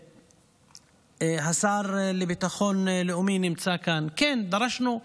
והשר לביטחון לאומי נמצא כאן, דרשנו,